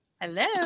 Hello